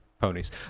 ponies